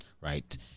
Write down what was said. right